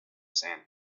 sand